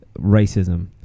racism